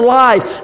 life